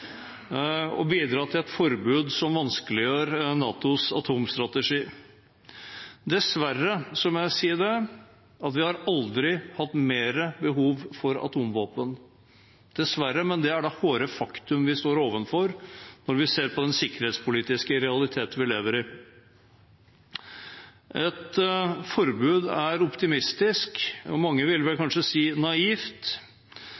bidra til et forbud som vanskeliggjør NATOs atomstrategi. Dessverre må jeg si at vi aldri har hatt større behov for atomvåpen. Dessverre er det bare det harde faktum vi står overfor når vi ser på den sikkerhetspolitiske realiteten vi lever i. Et forbud er optimistisk, og mange vil vel